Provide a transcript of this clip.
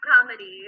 comedies